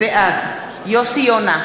בעד יוסי יונה,